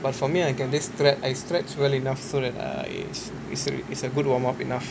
but for me I can just stre~ I stretch well enough so that I it's a it's a good warm up enough